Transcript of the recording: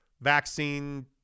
vaccine